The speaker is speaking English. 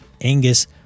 Angus